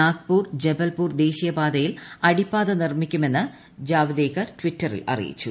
നാഗ്പൂർ ജപൽപൂർ ദേശീയപാതയിൽ അടിപ്പാത നിർമ്മിക്കുമെന്ന് ജാവ്ദേക്കർ ട്വിറ്ററിൽ അറിയിച്ചു